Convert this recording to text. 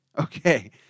Okay